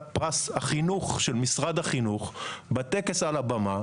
פרס החינוך של משרד החינוך בטקס על הבמה,